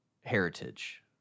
heritage